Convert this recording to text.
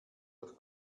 doch